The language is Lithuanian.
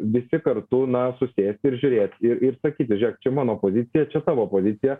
visi kartu na susėsti ir žiūrėt ir ir sakyti žiūrėk čia mano pozicija čia tavo pozicija